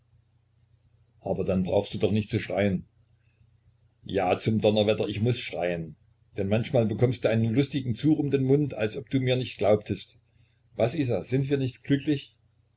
aber dann brauchst du doch nicht zu schreien ja zum donnerwetter ich muß schreien denn manchmal bekommst du einen lustigen zug um den mund als ob du mir nicht glaubtest was isa sind wir nicht glücklich